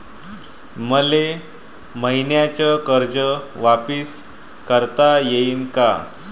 मले मईन्याचं कर्ज वापिस करता येईन का?